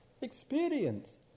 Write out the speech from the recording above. experience